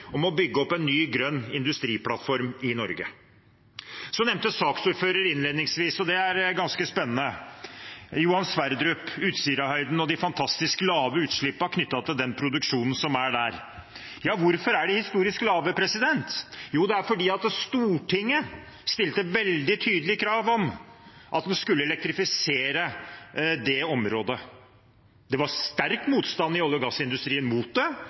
om å bygge opp en ny grønn industriplattform i Norge. Saksordfører nevnte innledningsvis, og det er ganske spennende, Johan Sverdrup, Utsirahøyden og de fantastisk lave utslippene knyttet til produksjonen der. Hvorfor er de historisk lave? Jo, det er fordi Stortinget stilte veldig tydelige krav om at en skulle elektrifisere det området. Det var sterk motstand mot det i olje- og gassindustrien, eller i hvert fall stor skepsis. Ikke minst var det